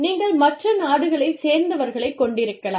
நீங்கள் மற்ற நாடுகளைச் சேர்ந்தவர்களைக் கொண்டிருக்கலாம்